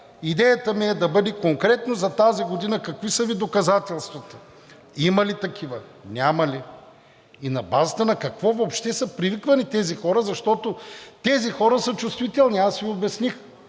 идеята ми е да бъде конкретно за тази година какви са Ви доказателствата, има ли такива, няма ли, на базата на какво въобще са привиквани тези хора, защото тези хора са чувствителни, аз Ви обясних.